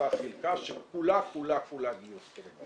שהעמותה חילקה שכולה כולה גיוס תרומות.